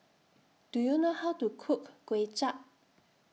Do YOU know How to Cook Kuay Chap